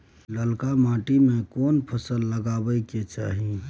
ललका माटी में केना फसल लगाबै चाही?